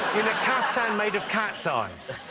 in a kaftan made of cats' eyes.